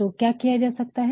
तो क्या किया जा सकता है